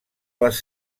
les